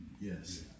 yes